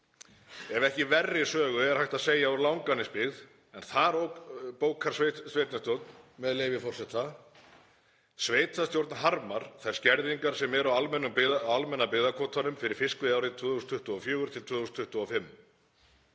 ef ekki verri sögu er hægt að segja úr Langanesbyggð en þar bókar sveitarstjórn, með leyfi forseta: Sveitarstjórn harmar þær skerðingar sem eru á almenna byggðakvótanum fyrir fiskveiðiárið 2024–2025.